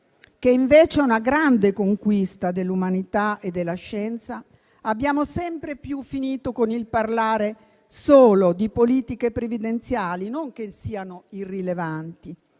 che invece è una grande conquista dell'umanità e della scienza, abbiamo finito sempre più con il parlare solo di politiche previdenziali (non che siano irrilevanti,